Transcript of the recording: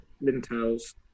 lintels